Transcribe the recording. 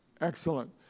Excellent